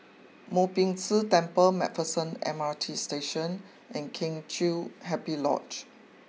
Mo Ping Tse Temple Macpherson M R T Station and Kheng Chiu Happy Lodge